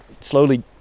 slowly